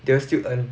they'll still earn